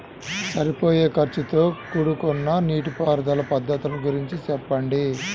సరిపోయే ఖర్చుతో కూడుకున్న నీటిపారుదల పద్ధతుల గురించి చెప్పండి?